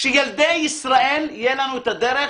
שילדי ישראל, תהיה לנו את הדרך,